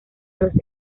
los